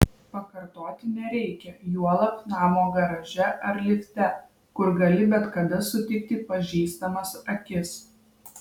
pakartoti nereikia juolab namo garaže ar lifte kur gali bet kada sutikti pažįstamas akis